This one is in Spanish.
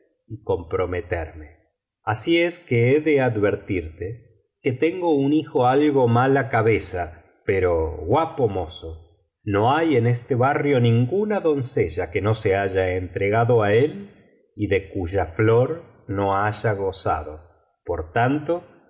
y comprometerme así es que he de advertirte que tengo un hijo algo mala cabeza pero guapo mozo no hay en este barrio ninguna doncella que no se haya entregado á él y de cuya flor no haya gozado por tanto